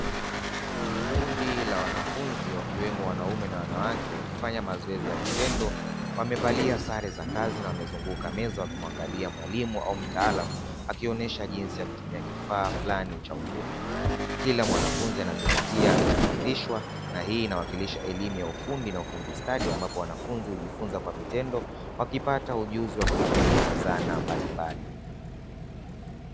Kundi la wanafunzi wakiwemo wanaume na wanawake wakifanya mazoezi ya vitendo, wamevalia sare za kazi na wamezunguka meza wakimwangalia mwalimu au mtaalamu akionyesha jinsi ya kutumia kifaa fulani cha ufundi, kila mwanafunzi anazingatia anachofundishwa na hii inawakilisha elimu ya ufundi na ufundi stadi ambapo wanafunzi hujifunza kwa vitendo wakipata ujuzi wa kutumia zana mbalimbali.